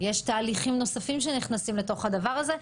יש תהליכים נוספים שנכנסים לתוך הדבר הזה.